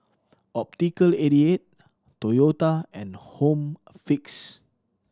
Optical Eighty Eight Toyota and Home Fix